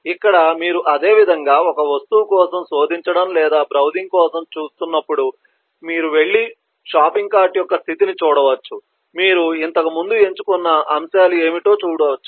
ఇక్కడ మీరు అదేవిధంగా ఒక వస్తువు కోసం శోధించడం లేదా బ్రౌజింగ్ కోసం చూస్తున్నప్పుడు మీరు వెళ్లి షాపింగ్ కార్ట్ యొక్క స్థితిని చూడవచ్చు మీరు ఇంతకు ముందు ఎంచుకున్న అంశాలు ఏమిటో చూడవచ్చు